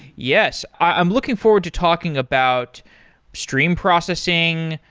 yes. i'm looking forward to talking about stream processing,